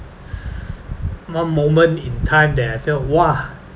one moment in time that I felt !wah!